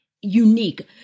unique